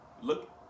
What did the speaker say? look